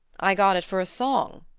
i got it for a song,